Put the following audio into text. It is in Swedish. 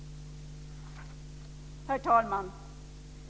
Herr talman!